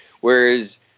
Whereas